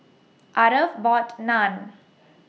Aarav bought Naan